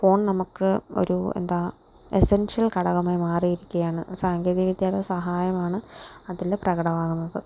phone നമുക്ക് ഒരു എന്താ എസ്സെൻഷ്യൽ ഘടകമായി മാറിയിരിക്കുകയാണ് സാങ്കേതിക വിദ്യയുടെ സഹായമാണ് അതിൽ പ്രകടമാകുന്നത്